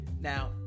Now